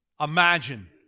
Imagine